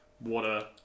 water